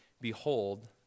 behold